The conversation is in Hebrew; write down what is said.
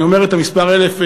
אני אומר את המספר 1,000,